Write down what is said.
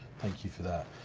thank you for that.